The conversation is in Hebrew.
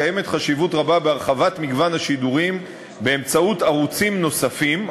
יש חשיבות רבה בהרחבת מגוון השידורים באמצעות ערוצים נוספים,